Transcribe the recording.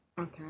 Okay